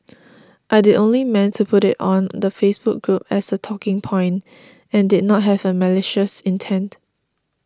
I'd only meant to put it on the Facebook group as a talking point and did not have malicious intent